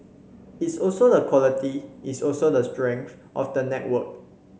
it's also the quality it's also the strength of the network